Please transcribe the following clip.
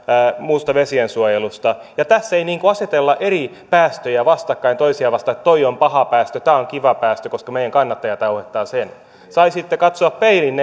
muusta vesiensuojelusta ja tässä ei asetella eri päästöjä vastakkain toisiaan vastaan että tuo on paha päästö tämä on kiva päästö koska meidän kannattajamme aiheuttavat sen saisivat katsoa peiliin